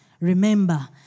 remember